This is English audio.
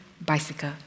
bicycle